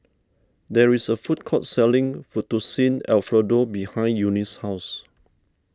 there is a food court selling Fettuccine Alfredo behind Eunice's house